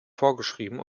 vorgeschrieben